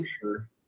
sure